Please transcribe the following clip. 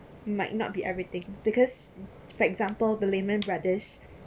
might not be everything because for example the lehman brothers